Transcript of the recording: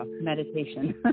Meditation